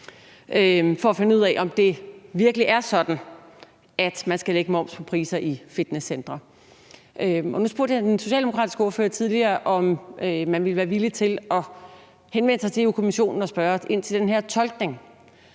for at finde ud af, om det virkelig er sådan, at man skal lægge moms på priserne i fitnesscentre. Nu spurgte jeg den socialdemokratiske ordfører tidligere, om man ville være villig til at henvende sig til Europa-Kommissionen og spørge ind til den her tolkning.